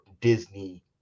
Disney